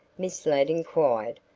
miss ladd inquired,